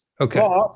Okay